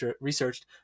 researched